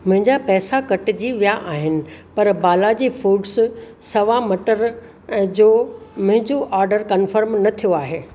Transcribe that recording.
मुंहिंजा पैसा कटिजी विया आहिनि पर बालाजी फूड्स सवा मटर जो मुंहिंजो ऑडर कन्फर्म न थियो आहे